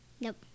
Nope